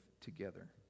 together